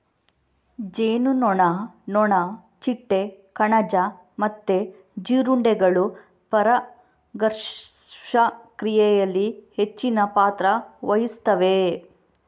ಜೇನುನೊಣ, ನೊಣ, ಚಿಟ್ಟೆ, ಕಣಜ ಮತ್ತೆ ಜೀರುಂಡೆಗಳು ಪರಾಗಸ್ಪರ್ಶ ಕ್ರಿಯೆನಲ್ಲಿ ಹೆಚ್ಚಿನ ಪಾತ್ರ ವಹಿಸ್ತವೆ